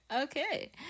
Okay